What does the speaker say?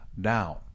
down